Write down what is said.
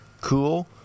cool